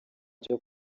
cyo